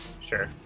Sure